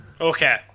Okay